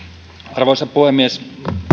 arvoisa puhemies